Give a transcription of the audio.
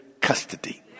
custody